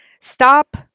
stop